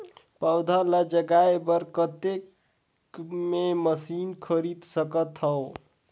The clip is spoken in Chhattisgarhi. पौधा ल जगाय बर कतेक मे मशीन खरीद सकथव?